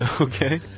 Okay